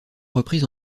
reprise